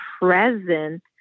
present